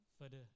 further